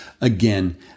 Again